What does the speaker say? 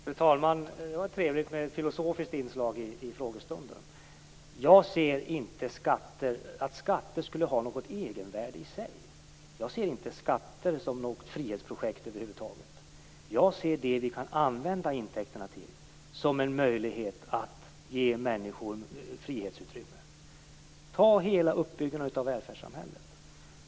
Fru talman! Det var trevligt med ett filosofiskt inslag i frågestunden. Jag ser inte att skatter skulle ha något egenvärde i sig. Jag ser inte skatter som något frihetsprojekt över huvud taget. Jag ser det vi kan använda intäkterna till som en möjlighet att ge människor frihetsutrymme. Ta hela uppbyggnaden av välfärdssamhället.